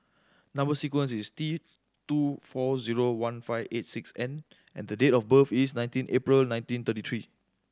number sequence is T two four zero one five eight six N and the date of birth is nineteen April nineteen thirty three